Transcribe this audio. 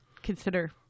consider